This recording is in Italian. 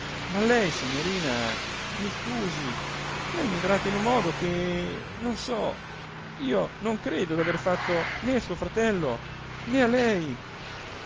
ma lei signorina mi scusi lei mi tratta in un modo che non so io non credo d'aver fatto né a suo fratello né a lei